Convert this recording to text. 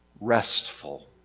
restful